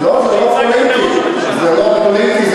לא לא, זה לא פוליטי.